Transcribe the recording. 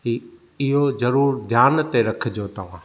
इहो ज़रूरु ध्यान ते रखजो तव्हां